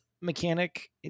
mechanic